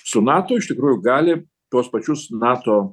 su nato iš tikrųjų gali tuos pačius nato